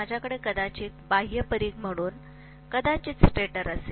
माझ्याकडे कदाचित बाह्य परिघ म्हणून कदाचित स्टेटर असेल